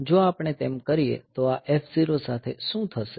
જો આપણે તેમ કરીએ તો આ F0 સાથે શું થશે